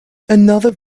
another